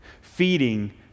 Feeding